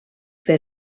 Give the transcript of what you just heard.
fer